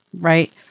Right